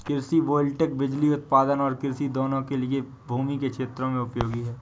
कृषि वोल्टेइक बिजली उत्पादन और कृषि दोनों के लिए भूमि के क्षेत्रों में उपयोगी है